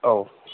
औ